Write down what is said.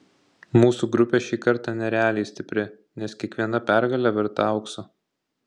mūsų grupė šį kartą nerealiai stipri nes kiekviena pergalė verta aukso